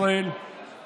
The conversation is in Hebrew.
יש פה שני חלקים בכנסת.